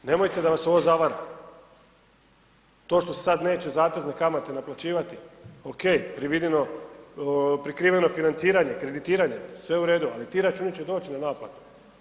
Nemojte da vas ovo zavara, to što se sad neće zatezne kamate naplaćivati, ok, prikriveno financiranje, kreditiranje, sve u redu, ali ti računi će doći na naplatu.